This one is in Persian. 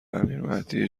امیرمهدی